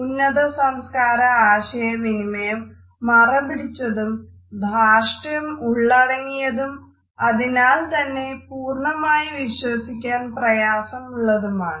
ഉന്നതസംസ്കാര ആശയവിനിമയം മറപിടിച്ചതും ധാർഷ്ട്യം ഉള്ളടങ്ങിയതും അതിനാൽത്തന്നെ പൂർണ്ണമായി വിശ്വസിക്കാൻ പ്രയാസമുള്ളതുമാണ്